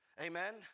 Amen